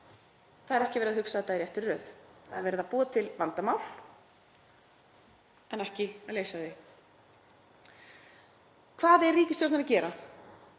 Það er ekki verið að hugsa þetta í réttri röð. Það er verið að búa til vandamál en ekki að leysa þau. Hvað er ríkisstjórnin að gera